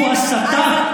הוא הסתה,